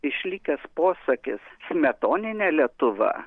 išlikęs posakis smetoninė lietuva